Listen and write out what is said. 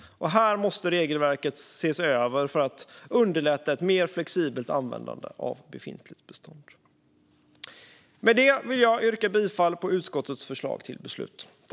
Här måste regelverket ses över för att underlätta ett mer flexibelt användande av befintligt bestånd. Med detta vill jag yrka bifall till utskottets förslag till beslut.